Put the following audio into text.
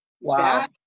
wow